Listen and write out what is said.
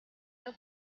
the